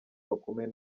bakomeye